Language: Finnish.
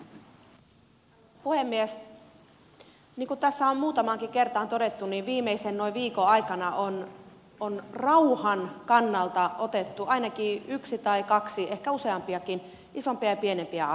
niin kuin tässä on muutamaankin kertaan todettu viimeisen noin viikon aikana on rauhan kannalta otettu ainakin yksi tai kaksi ehkä useampiakin isompia ja pienempiä askeleita